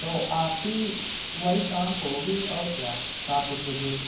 तो आरती वही शाम को होगी और क्या सात ओत बजे